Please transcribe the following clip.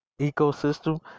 ecosystem